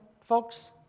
folks